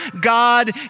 God